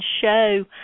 show